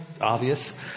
obvious